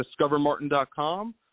discovermartin.com